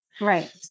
Right